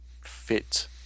fit